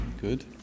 Good